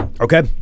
okay